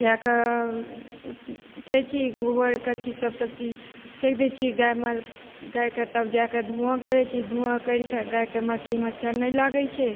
जाकऽ उठे छी गोबर कर्ची सब सबचीज फेक दै छी गाय मल गायके तब जाकऽ धुआँ करै छी धुआँ करिके गायके मक्खी मच्छर नहि लागै छै